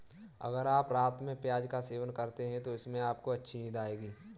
अगर आप रात में प्याज का सेवन करते हैं तो इससे आपको अच्छी नींद आएगी